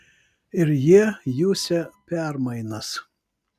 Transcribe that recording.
ir jie jusią permainas